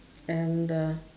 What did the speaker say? and uh